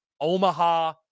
Omaha